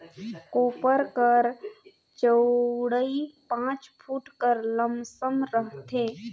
कोपर कर चउड़ई पाँच फुट कर लमसम रहथे